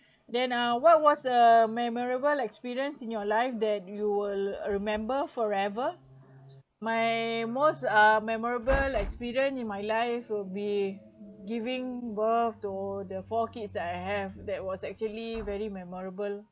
then uh what was a memorable experience in your life that you will remember forever my most uh memorable experience in my life will be giving birth to the four kids I have that was actually very memorable